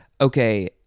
Okay